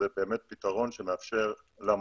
זה פתרון שעובד עם